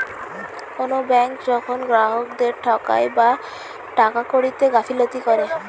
কোনো ব্যাঙ্ক যখন গ্রাহকদেরকে ঠকায় বা টাকা কড়িতে গাফিলতি করে